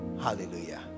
Hallelujah